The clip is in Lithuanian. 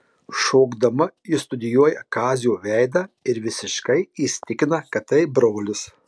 šokdama ji studijuoja kazio veidą ir visiškai įsitikina kad tai brolis